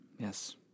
Yes